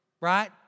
right